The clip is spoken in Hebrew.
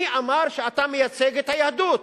מי אמר שאתה מייצג את היהדות?